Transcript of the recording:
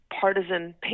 partisan